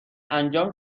انجام